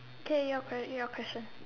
can you repeat your question